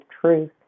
truth